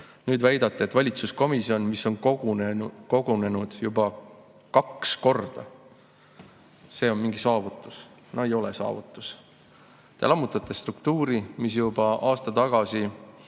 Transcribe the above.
Nüüd väidate, et valitsuskomisjon, mis on kogunenud juba kaks korda, on mingi saavutus. No ei ole see saavutus! Te lammutate struktuuri, mis juba aasta tagasi omas